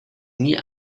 nie